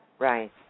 Right